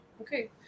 Okay